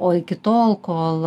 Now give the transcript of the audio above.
o iki tol kol